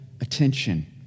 attention